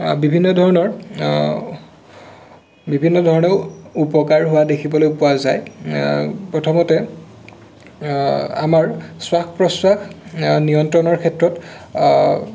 বিভিন্ন ধৰণৰ বিভিন্ন ধৰণেও উপকাৰ হোৱা দেখিবলৈ পোৱা যায় প্ৰথমতে আমাৰ শ্বাস প্ৰশ্বাস নিয়ন্ত্ৰণৰ ক্ষেত্ৰত